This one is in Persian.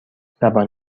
زبان